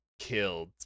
killed